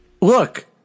Look